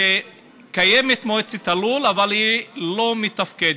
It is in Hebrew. שקיימת מועצת הלול אבל היא לא מתפקדת,